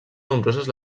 nombroses